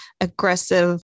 aggressive